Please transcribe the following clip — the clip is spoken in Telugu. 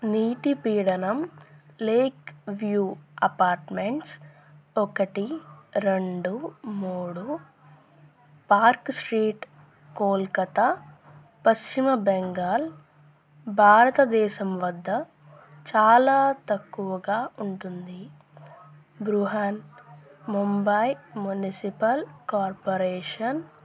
నీటి పీడనం లేక్ వ్యూ అపార్ట్మెంట్స్ ఒకటి రెండు మూడు పార్క్ స్ట్రీట్ కోల్కతా పశ్చిమ బెంగాల్ భారతదేశం వద్ద చాలా తక్కువగా ఉంటుంది బృహన్ ముంబై మునిసిపల్ కార్పొరేషన్